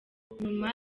nyuma